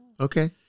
Okay